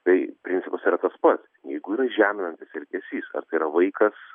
tai principas yra tas pats jeigu yra žeminantis elgesys ar tai yra vaikas